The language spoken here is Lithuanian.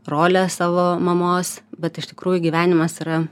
rolę savo mamos bet iš tikrųjų gyvenimas yra